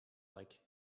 like